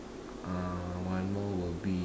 uh one more will be